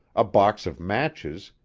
a box of matches,